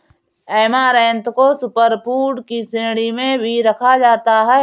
amaranth को super food की श्रेणी में भी रखा जाता है